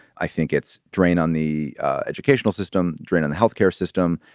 i think it's drain on the educational system, drain on the health care system,